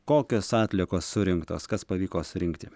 kokios atliekos surinktos kas pavyko surinkti